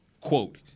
quote